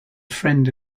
friend